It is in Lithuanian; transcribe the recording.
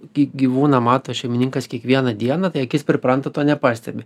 gy gyvūną mato šeimininkas kiekvieną dieną tai akis pripranta to nepastebi